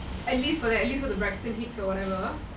at least for the vaccine to be over